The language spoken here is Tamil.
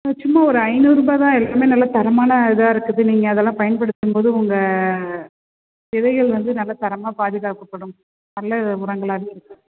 இல்லை சும்மா ஒரு ஐநூறுபாய் தான் இருக்குமே நல்லா தரமான இதாக இருக்குது நீங்கள் அதெல்லாம் பயன்படுத்தும்போது உங்கள் விதைகள் வந்து நல்ல தரமாக பாதுகாக்கப்படும் நல்ல உரங்களாவே இருக்கும்